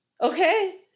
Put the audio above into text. okay